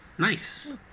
Nice